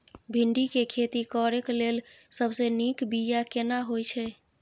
भिंडी के खेती करेक लैल सबसे नीक बिया केना होय छै?